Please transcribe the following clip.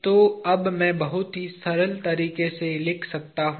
तो अब मैं बहुत ही सरल तरीके से लिख सकता हूँ